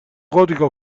gotico